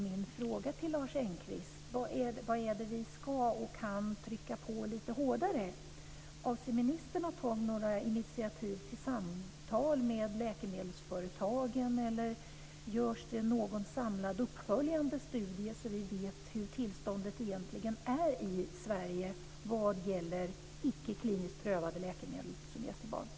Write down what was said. Mina frågor till Lars Engqvist blir: Var är det vi ska och kan trycka på lite hårdare? Avser ministern att ta några initiativ till samtal med läkemedelsföretagen, eller görs det någon samlad uppföljande studie så att vi får veta hur tillståndet egentligen är i Sverige vad gäller icke kliniskt prövade läkemedel som ges till barn?